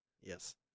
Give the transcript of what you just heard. Yes